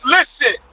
Listen